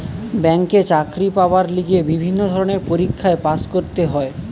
ব্যাংকে চাকরি পাবার লিগে বিভিন্ন ধরণের পরীক্ষায় পাস্ করতে হয়